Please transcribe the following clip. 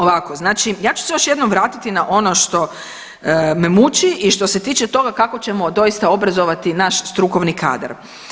Ovako, znači ja ću se još jednom vratiti na ono što me muči i što se tiče toga kako ćemo doista obrazovati naš strukovni kadar.